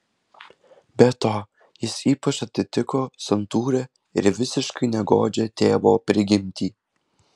be to jis ypač atitiko santūrią ir visiškai negodžią tėvo prigimtį